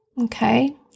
Okay